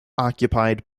occupied